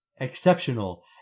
Exceptional